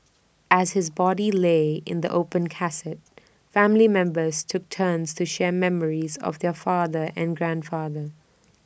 as his body lay in the open casket family members took turns to share memories of their father and grandfather